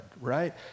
right